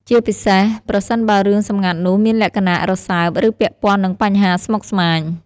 ជាពិសេសប្រសិនបើរឿងសម្ងាត់នោះមានលក្ខណៈរសើប ឬពាក់ព័ន្ធនឹងបញ្ហាស្មុគស្មាញ។